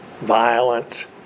violent